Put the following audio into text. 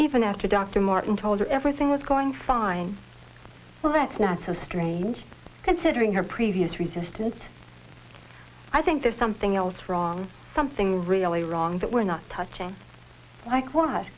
even after dr martin told her everything was going fine well that's not so strange considering her previous resistance i think there's something else wrong something really wrong that we're not touching like w